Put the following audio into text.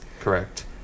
Correct